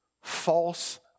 false